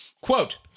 quote